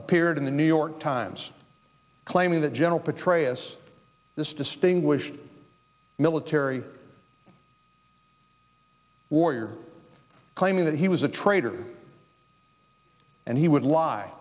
appeared in the new york times claiming that general petraeus this distinguished military warrior claiming that he was a traitor and he would lie